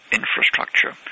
infrastructure